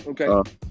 Okay